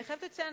אני חייבת לציין,